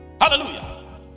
hallelujah